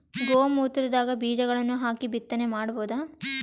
ಗೋ ಮೂತ್ರದಾಗ ಬೀಜಗಳನ್ನು ಹಾಕಿ ಬಿತ್ತನೆ ಮಾಡಬೋದ?